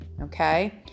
Okay